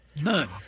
None